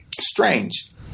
strange